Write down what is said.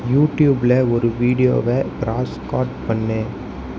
யூடியூபில் ஒரு வீடியோவை பிராஸ்காட் பண்ணு